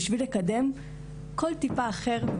בשביל לקדם קול טיפה אחר,